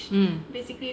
um